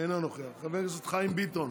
אינו נוכח, חבר הכנסת חיים ביטון,